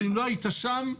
ואם לא היית שם,